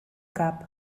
cap